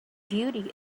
beauty